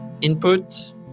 input